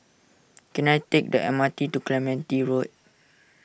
can I take the M R T to Clementi Road